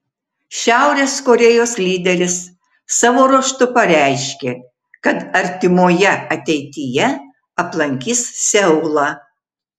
šiaurės korėjos lyderis savo ruožtu pareiškė kad artimoje ateityje aplankys seulą